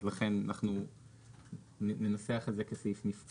אז לכן אנחנו ננסח את זה כסעיף קטן נפרד.